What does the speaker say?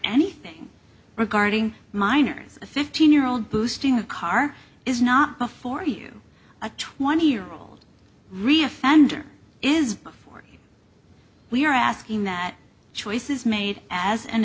anything regarding minors a fifteen year old boosting a car is not before you a twenty year old re offender is before we are asking that choice is made as an